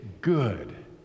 good